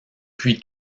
puis